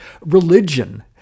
religion